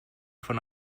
von